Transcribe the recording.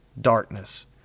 darkness